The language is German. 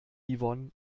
yvonne